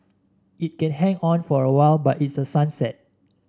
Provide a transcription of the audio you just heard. it can hang on for a while but it's a sunset